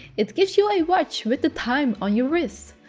it gives you a watch with the time on your wrist.